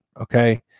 Okay